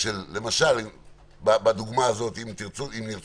אני אומר לכם בגילוי לב: אני רוצה